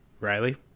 Riley